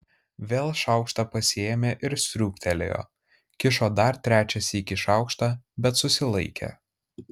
vėl šaukštą pasiėmė ir sriūbtelėjo kišo dar trečią sykį šaukštą bet susilaikė